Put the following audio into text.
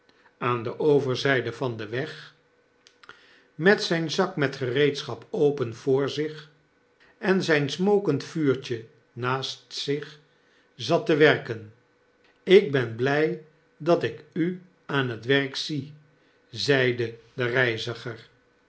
aan de overzgde van den weg met ztjn zak met gereedschap open voor zich en zijn smokend vuurtje naast zich zat te werken ik ben big dat ik u aan het werk zie zeide de reiziger